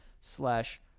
slash